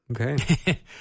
Okay